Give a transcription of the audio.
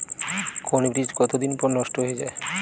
কোন বীজ কতদিন পর নষ্ট হয়ে য়ায়?